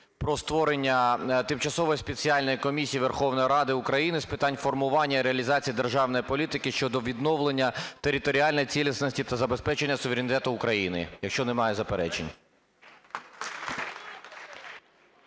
про створення Тимчасової спеціальної комісії Верховної Ради України з питань формування і реалізації державної політики щодо відновлення територіальної цілісності та забезпечення суверенітету України, якщо немає заперечень.